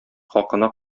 хакына